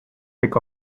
pick